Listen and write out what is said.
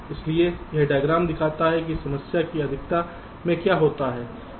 इसलिए यह डायग्राम दिखाता है की समय की अधिकता में क्या होता है